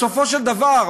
בסופו של דבר,